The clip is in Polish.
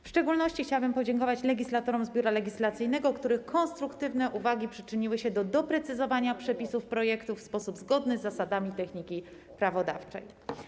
W szczególności chciałabym podziękować legislatorom z Biura Legislacyjnego, których konstruktywne uwagi przyczyniły się do doprecyzowania przepisów projektu w sposób zgodny z zasadami techniki prawodawczej.